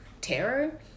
terror